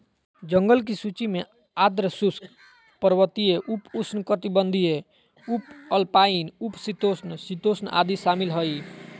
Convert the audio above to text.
जंगल की सूची में आर्द्र शुष्क, पर्वतीय, उप उष्णकटिबंधीय, उपअल्पाइन, उप शीतोष्ण, शीतोष्ण आदि शामिल हइ